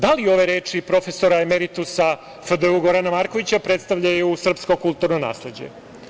Da li ove reči profesora emeritusa FDU Gorana Markovića predstavljaju srpsko kulturno nasleđe?